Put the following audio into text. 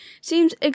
seems